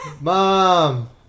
Mom